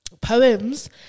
poems